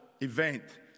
event